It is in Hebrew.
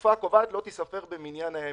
התקופה הקובעת לא תיספר במניין הימים.